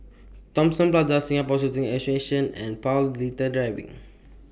Thomson Plaza Singapore Shooting Association and Paul Little Drive